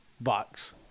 box